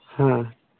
ᱦᱮᱸ